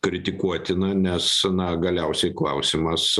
kritikuotina nes na galiausiai klausimas